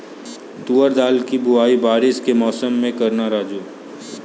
तुवर दाल की बुआई बारिश के मौसम में करना राजू